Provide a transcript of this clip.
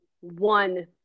one